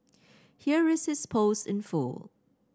here is his post in full